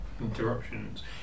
interruptions